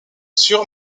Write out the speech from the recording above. sur